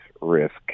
risk